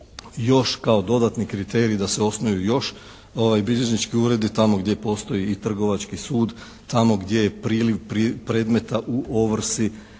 još kao dodatni kriterij da se osnuju još bilježnički uredi tamo gdje postoji i Trgovački sud, tamo gdje je priliv predmeta u ovrsi,